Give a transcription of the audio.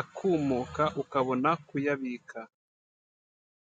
akumuka ukabona kuyabika.